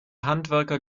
handwerker